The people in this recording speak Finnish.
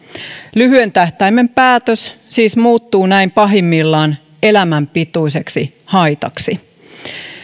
lyhyen tähtäimen päätös siis muuttuu näin pahimmillaan elämän pituiseksi haitaksi